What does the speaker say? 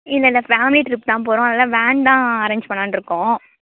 இல்லயில்ல family trip தான் போகிறோம் அதனால் வேன் தான் அரேஞ்ச் பண்ணலான்னு இருக்கோம்